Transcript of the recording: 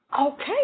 Okay